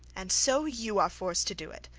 and so you are forced to do it.